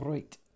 Right